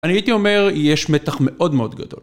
אני הייתי אומר, יש מתח מאוד מאוד גדול.